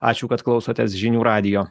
ačiū kad klausotės žinių radijo